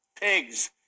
pigs